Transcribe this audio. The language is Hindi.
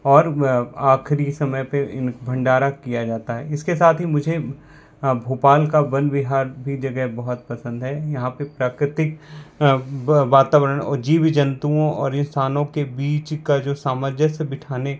और आखरी समय पे भंडारा किया जाता है इसके साथ ही मुझे भोपाल का वन विहार भी जगह बहुत पसंद है यहाँ पे प्राकृतिक वातावरण और जीव जंतुओं और इंसानों के बीच का जो सामजस्य बिठाने